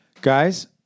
Guys